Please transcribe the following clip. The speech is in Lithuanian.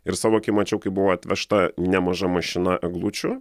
ir savo akim mačiau kaip buvo atvežta nemaža mašina eglučių